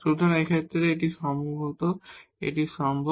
সুতরাং এই ক্ষেত্রে সম্ভবত এটি সম্ভব